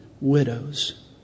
widows